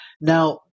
Now